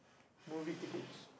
movie tickets